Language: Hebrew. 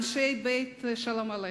אנשי "בית שלום עליכם",